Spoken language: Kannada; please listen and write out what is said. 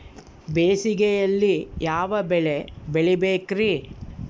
ಬೇಸಿಗೆಯಲ್ಲಿ ಯಾವ ಬೆಳೆ ಬೆಳಿಬೇಕ್ರಿ?